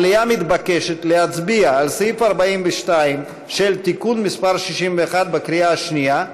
המליאה מתבקשת להצביע על סעיף 42 של תיקון מסי 61 בקריאה השנייה,